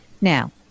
Now